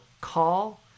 call